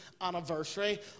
anniversary